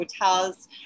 hotels